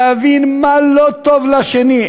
להבין מה לא טוב לשני,